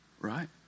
Right